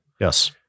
Yes